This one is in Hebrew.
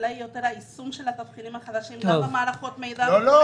השאלה היא יותר היישום של התבחינים החדשים --- מערכות מידע --- לא,